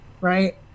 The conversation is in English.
right